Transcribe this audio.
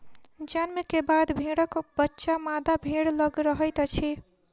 जन्म के बाद भेड़क बच्चा मादा भेड़ लग रहैत अछि